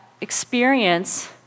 experience